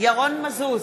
ירון מזוז,